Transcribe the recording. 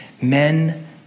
men